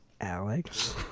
Alex